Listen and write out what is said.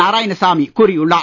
நாராயணசாமி கூறியுள்ளார்